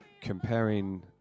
comparing